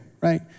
right